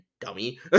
dummy